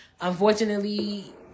unfortunately